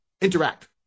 interact